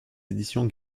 éditions